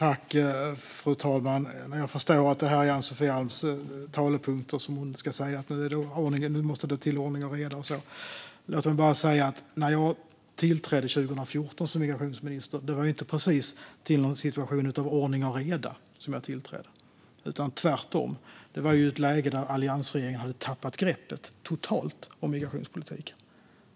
Fru talman! Jag förstår att det står i Ann-Sofie Alms talepunkter att hon ska säga att det nu måste bli ordning och reda. Låt mig bara säga att när jag 2014 tillträdde som migrationsminister var det inte precis till någon situation av ordning och reda som jag tillträdde. Tvärtom var det i ett läge där alliansregeringen hade tappat greppet totalt om migrationspolitiken.